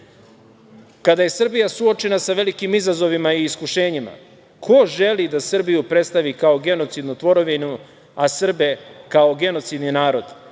Kada je Srbija suočena sa velikim izazovima i iskušenjima, ko želi da Srbiju predstavi kao genocidnu tvorevinu, a Srbe kao genocidni narod?